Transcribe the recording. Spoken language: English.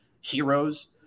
heroes